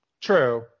True